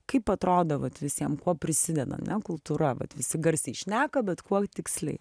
kaip atrodo vat visiem kuo prisideda ane kultūra vat visi garsiai šneka bet kuo tiksliai